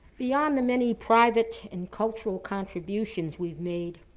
beyond the many private and cultural contributions we've made,